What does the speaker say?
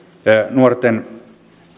nuorten